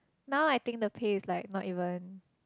now I think the pay is like not even